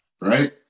Right